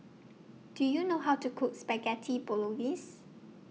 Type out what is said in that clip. Do YOU know How to Cook Spaghetti Bolognese